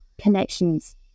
connections